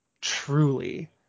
truly